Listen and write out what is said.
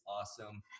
awesome